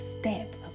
step